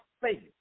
faith